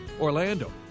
Orlando